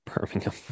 Birmingham